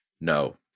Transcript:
no